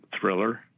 thriller